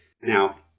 Now